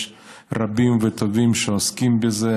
יש רבים וטובים שעוסקים בזה,